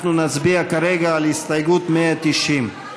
אנחנו נצביע כרגע על הסתייגות 190. ההסתייגות (190)